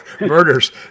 murders